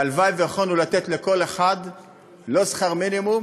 הלוואי שיכולנו לתת לכל אחד לא שכר מינימום,